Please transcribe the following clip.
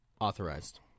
authorized